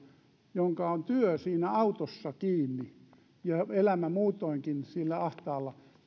jonka työ on siinä autossa kiinni ja elämä muutoinkin ahtaalla